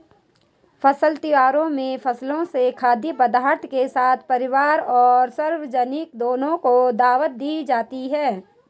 फसल त्योहारों में फसलों से खाद्य पदार्थों के साथ परिवार और सार्वजनिक दोनों को दावत दी जाती है